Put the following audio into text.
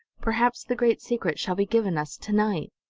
perhaps the great secret shall be given us to-night!